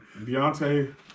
Beyonce